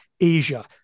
Asia